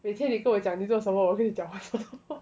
每天你跟我讲你做什么我跟你讲话是什么